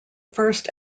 first